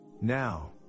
Now